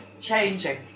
changing